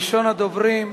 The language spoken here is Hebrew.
ראשון הדוברים,